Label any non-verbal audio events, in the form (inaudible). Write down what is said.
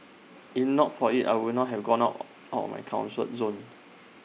if not for IT I would not have gonna (hesitation) out of my (unintelligible) zone